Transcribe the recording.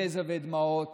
יזע ודמעות,